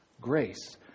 grace